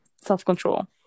self-control